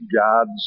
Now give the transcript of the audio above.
God's